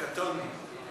קטונו.